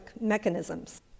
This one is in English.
mechanisms